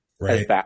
Right